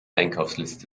einkaufsliste